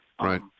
right